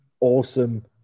awesome